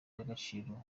y’agaciro